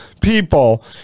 people